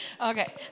Okay